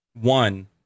One